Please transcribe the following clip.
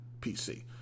PC